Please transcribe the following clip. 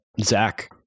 Zach